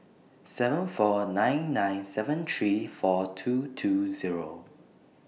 seven four nine nine seven three four two two Zero